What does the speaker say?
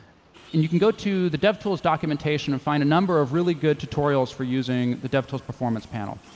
and you can go to the devtools documentation and find a number of really good tutorials for using the devtools performance panel.